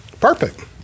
Perfect